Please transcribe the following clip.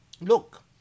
Look